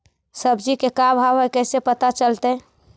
सब्जी के का भाव है कैसे पता चलतै?